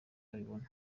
babibona